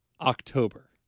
October